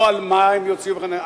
לא על מה הם יוציאו וכן הלאה.